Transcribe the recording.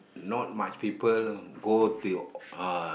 not much people go to your uh